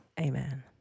Amen